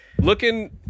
looking